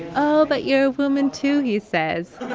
oh, but you're a woman, too, he says.